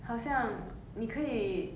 好像你可以